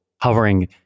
hovering